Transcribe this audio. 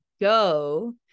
go